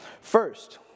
First